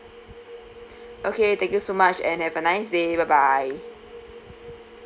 okay thank you so much and have a nice day bye bye